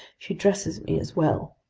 she dresses me as well.